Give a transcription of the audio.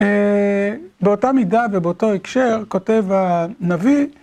באותה מידה ובאותו הקשר כותב הנביא..